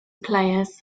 players